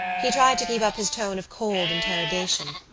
he tried to keep up his tone of cold interrogation,